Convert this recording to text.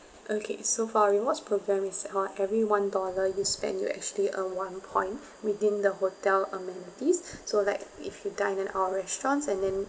okay so for our rewards programme is every one dollar you spend you actually earn one point within the hotel amenities so like if you dine at our restaurants and then